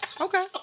Okay